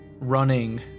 running